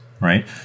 Right